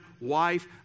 wife